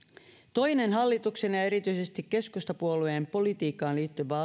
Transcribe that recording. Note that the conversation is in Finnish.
toinen hallituksen ja ja erityisesti keskustapuolueen politiikkaan liittyvä